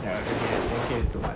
ya already ten K is too much